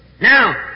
Now